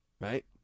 Right